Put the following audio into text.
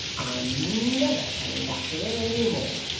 i'm never coming back here, any more.